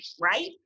right